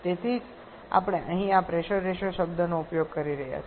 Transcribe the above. તેથી જ આપણે અહીં આ પ્રેશર રેશિયો શબ્દનો ઉપયોગ કરી રહ્યા છીએ